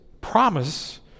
promise